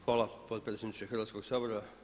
Hvala, potpredsjedniče Hrvatskoga sabora.